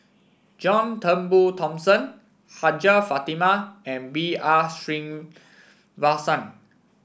John Turnbull Thomson Hajjah Fatimah and B R Sreenivasan